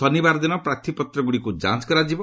ଶନିବାର ଦିନ ପ୍ରାର୍ଥୀପତ୍ରଗୁଡ଼ିକ୍ ଯାଞ୍ ହେବ